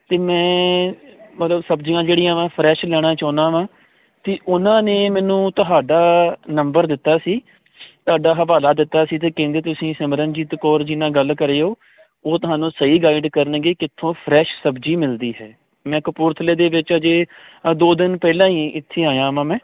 ਤੇ ਮੈਂ ਮਤਲਬ ਸਬਜ਼ੀਆਂ ਜਿਹੜੀਆਂ ਫਰੈਸ਼ ਲੈਣਾ ਚਾਹੁੰਦਾ ਵਾਂ ਤੇ ਉਹਨਾਂ ਨੇ ਮੈਨੂੰ ਤੁਹਾਡਾ ਨੰਬਰ ਦਿੱਤਾ ਸੀ ਤੁਹਾਡਾ ਹਵਾਲਾ ਦਿੱਤਾ ਸੀ ਕਹਿੰਦੇ ਤੁਸੀਂ ਸਿਮਰਨਜੀਤ ਕੌਰ ਜੀ ਨਾਲ ਗੱਲ ਕਰਿਓ ਉਹ ਉਹਾਨੂੰ ਸਹੀ ਗਾਈਡ ਕਰਨਗੇ ਕਿੱਥੋਂ ਫਰੈੱਸ਼ ਸਬਜੀ ਮਿਲਦੀ ਹੈ ਮੈਂ ਕਪੂਰਥਲੇ ਦੇ ਅਜੇ ਆਹ ਦੋ ਦਿਨ ਪਹਿਲਾਂ ਹੀ ਇੱਥੇ ਆਇਆ ਵਾਂ ਮੈਂ